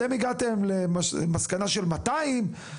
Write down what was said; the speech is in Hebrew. אתם הגעתם למסקנה של 400,